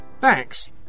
Thanks